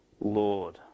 Lord